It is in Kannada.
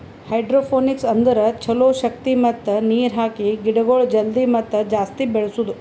ಹೈಡ್ರೋಪೋನಿಕ್ಸ್ ಅಂದುರ್ ಛಲೋ ಶಕ್ತಿ ಮತ್ತ ನೀರ್ ಹಾಕಿ ಗಿಡಗೊಳ್ ಜಲ್ದಿ ಮತ್ತ ಜಾಸ್ತಿ ಬೆಳೆಸದು